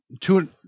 two-